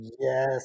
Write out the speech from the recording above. Yes